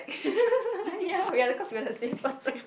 ya we are cause we're the same person